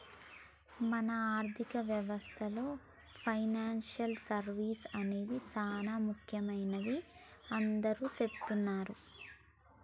మన ఆర్థిక వ్యవస్థలో పెనాన్సియల్ సర్వీస్ అనేది సానా ముఖ్యమైనదని అందరూ సెబుతున్నారు